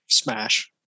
Smash